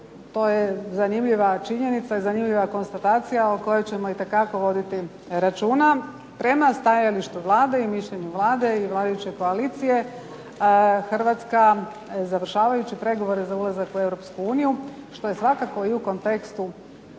To je zanimljiva činjenica i zanimljiva konstatacija o kojoj ćemo itekako voditi računa. Prema stajalištu Vlade i mišljenju Vlade i vladajuće koalicije Hrvatska završavajući pregovore za ulazak u Europsku uniju što je svakako i u kontekstu